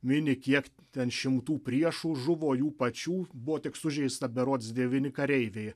mini kiek ten šimtų priešų žuvo jų pačių buvo tik sužeista berods devyni kareiviai